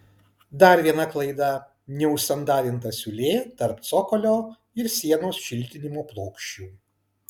dar viena klaida neužsandarinta siūlė tarp cokolio ir sienos šiltinimo plokščių